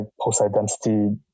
post-identity